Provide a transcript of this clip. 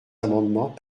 amendements